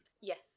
Yes